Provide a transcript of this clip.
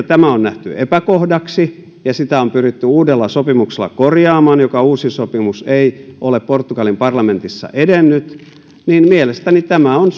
tämä on nähty epäkohdaksi ja sitä on pyritty uudella sopimuksella korjaamaan mutta uusi sopimus ei ole portugalin parlamentissa edennyt niin mielestäni tämä on